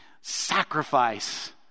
sacrifice